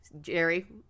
Jerry